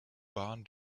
barn